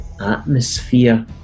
atmosphere